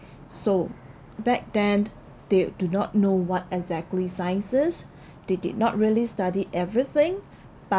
so back then they do not know what exactly science is they did not really study everything